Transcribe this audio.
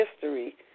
history